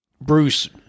Bruce